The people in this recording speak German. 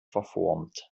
verformt